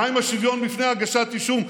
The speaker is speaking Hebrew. מה עם השוויון בפני הגשת אישום?